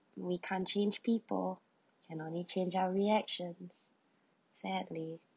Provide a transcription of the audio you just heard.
we can't change people can only change our reactions sadly